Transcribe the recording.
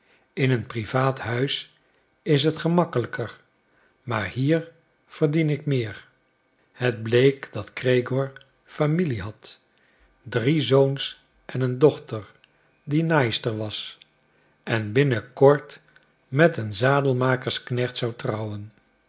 in een privaat huis is het gemakkelijker maar hier verdien ik meer het bleek dat gregoor familie had drie zoons en een dochter die naaister was en binnen kort met een zadelmakersknecht zou trouwen